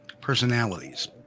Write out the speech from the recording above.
personalities